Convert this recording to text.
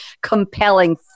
Compelling